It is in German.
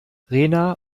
rena